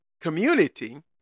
community